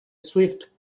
swift